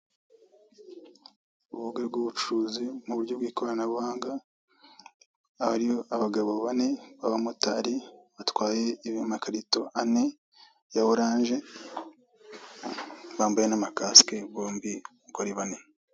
Uburyo bw'ubucuruzi mu buryo bw'ikoranabuhanga, aba ni abagabo bane b'abamotari batwaye amakarito ane ya orange, bambaye n'amakasike bombi uko ari bane.